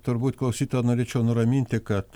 turbūt klausytoją norėčiau nuraminti kad